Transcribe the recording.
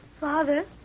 Father